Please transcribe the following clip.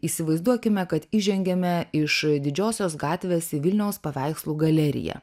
įsivaizduokime kad įžengiame iš didžiosios gatvės į vilniaus paveikslų galeriją